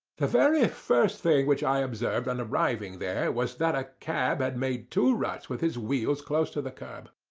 the very first thing which i observed on arriving there was that a cab had made two ruts with its wheels close to the curb.